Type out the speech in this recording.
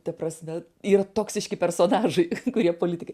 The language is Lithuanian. ta prasme yra toksiški personažai kai kurie politikai